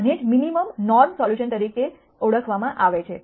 આને જ minimum norm solution કહેવામાં આવે છે